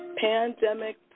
Pandemic